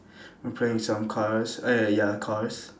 and playing with some cars eh ya cars